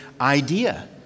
idea